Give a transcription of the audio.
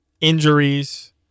injuries